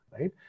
right